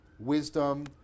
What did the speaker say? wisdom